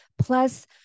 Plus